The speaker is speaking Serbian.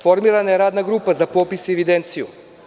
Formirana je radna grupa za popis i evidenciju.